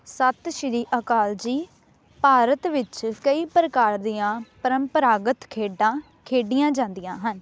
ਸਤਿ ਸ਼੍ਰੀ ਅਕਾਲ ਜੀ ਭਾਰਤ ਵਿੱਚ ਕਈ ਪ੍ਰਕਾਰ ਦੀਆਂ ਪਰੰਪਰਾਗਤ ਖੇਡਾਂ ਖੇਡੀਆਂ ਜਾਂਦੀਆਂ ਹਨ